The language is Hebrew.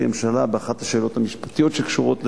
לממשלה באחת השאלות המשפטיות שקשורות לזה.